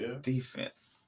defense